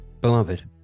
Beloved